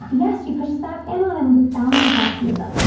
yes. she pushes back and on and with boundless optimism.